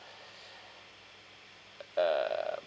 err